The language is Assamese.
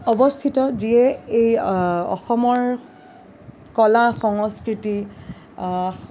অৱস্থিত যিয়ে এই অসমৰ কলা সংস্কৃতি